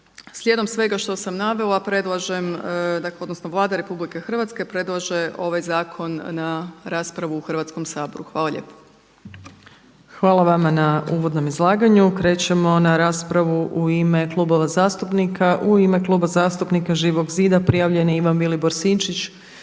Slijedom svega što sam navela predlažem, dakle Vlada RH predlaže ovaj zakon na raspravu u Hrvatskom saboru. Hvala lijepo. **Opačić, Milanka (SDP)** Hvala vama na uvodnom izlaganju. Krećemo na raspravu u ime klubova zastupnika. U ime Kluba zastupnika Živog zida prijavljen je Ivan Vilibor Sinčić.